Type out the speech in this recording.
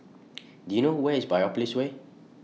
Do YOU know Where IS Biopolis Way